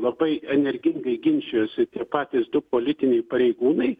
labai energingai ginčijosi tie patys du politiniai pareigūnai